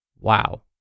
Wow